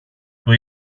του